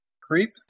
creep